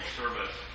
service